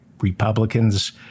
Republicans